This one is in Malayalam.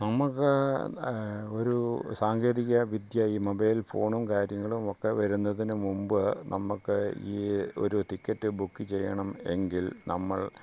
നമ്മൾക്ക് ഒരു സാങ്കേതിക വിദ്യ ഈ മൊബൈൽ ഫോണും കാര്യങ്ങളുമൊക്കെ വരുന്നതിന് മുമ്പ് നമ്മൾക്ക് ഈ ഒരു ടിക്കറ്റ് ബുക്ക് ചെയ്യണം എങ്കിൽ നമ്മൾ